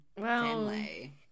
family